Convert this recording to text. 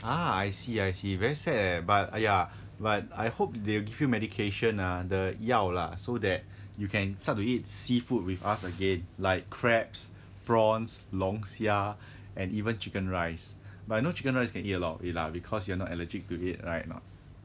ah I see I see very sad but uh ya but I hope they'll give you medication ah the 药 lah so that you can start to eat seafood with us again like crabs prawns 龙虾 and even chicken rice but you know chicken rice can eat a lot of it lah because you are not allergic to it right or not